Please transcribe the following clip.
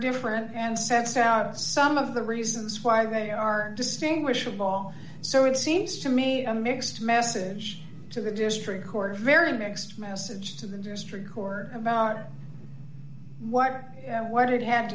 different and sets out some of the reasons why they are distinguishable so it seems to me a mixed message to the district court a very mixed message to the district court about what what it had